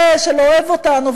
זה שלא אוהב אותנו,